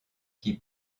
qui